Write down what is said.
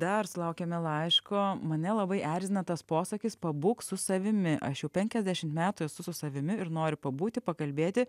dar sulaukėme laiško mane labai erzina tas posakis pabūk su savimi aš jau penkiasdešim metų esu su savimi ir noriu pabūti pakalbėti